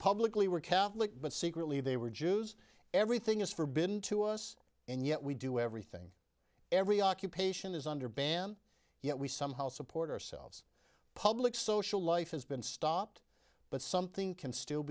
publicly were catholic but secretly they were jews everything is forbidden to us and yet we do everything every occupation is under ban yet we somehow support ourselves public social life has been stopped but something can still